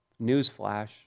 Newsflash